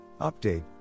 update